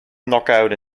knockout